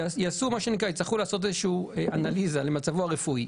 יצטרכו לעשות איזושהי אנליזה למצבו הרפואי.